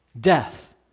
death